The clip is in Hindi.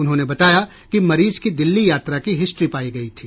उन्होंने बताया कि मरीज की दिल्ली यात्रा की हिस्ट्री पायी गयी थी